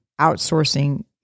outsourcing